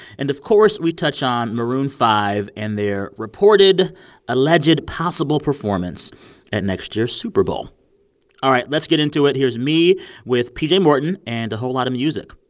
and, of course, we touch on maroon five and their reported alleged possible performance at next year's super bowl all right. let's get into it. here's me with pj morton and a whole lot of music.